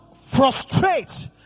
frustrate